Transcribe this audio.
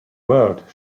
world